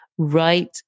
Right